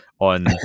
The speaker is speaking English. on